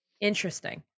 Interesting